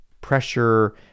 pressure